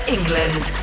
England